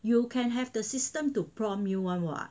you can have the system to prompt you [one] [what]